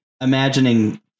imagining